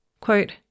Quote